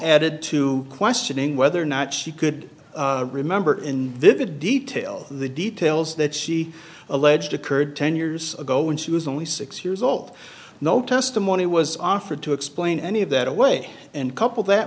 added to questioning whether or not she could remember in this good detail the details that she alleged occurred ten years ago when she was only six years old no testimony was offered to explain any of that away and couple that